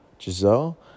giselle